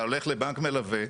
אתה הולך לבנק מלווה,